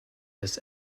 this